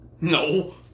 No